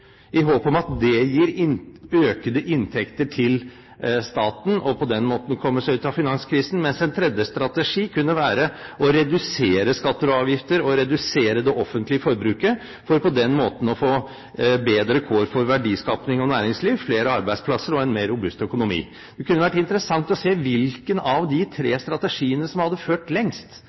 i håp om at det gir økte inntekter til staten, og på den måten kommer seg ut av finanskrisen, mens en tredje strategi kunne være å redusere skatter og avgifter og redusere det offentlige forbruket, for på den måten å få bedre kår for verdiskaping og næringsliv, flere arbeidsplasser og en mer robust økonomi. Det kunne vært interessant å se hvilken av de tre strategiene som hadde ført lengst,